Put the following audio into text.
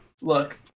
Look